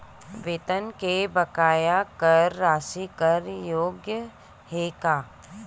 वेतन के बकाया कर राशि कर योग्य हे का?